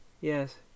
Yes